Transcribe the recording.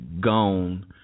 gone